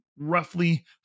roughly